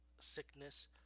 sickness